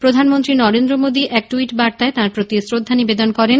প্রধানমন্ত্রী নরেন্দ্র মোদী এক ট্যুইট বার্তায় তাঁর প্রতি শ্রদ্ধা নিবেদন করেন